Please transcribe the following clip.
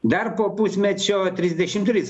dar po pusmečio trisdešim trys